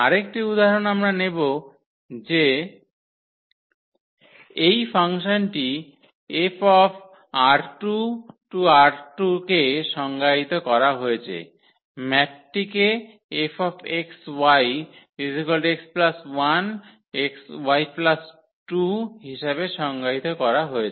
আরেকটি উদাহরণ আমরা নেব যে এই ফাংশনটি 𝐹 ℝ2 → ℝ2 কে সংজ্ঞায়িত করা হয়েছে ম্যাপটিকে 𝐹 xy x 1 y 2 হিসাবে সংজ্ঞায়িত করা হয়েছে